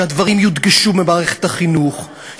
שהדברים יודגשו במערכת החינוך,